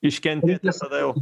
iškentėt ir tada jau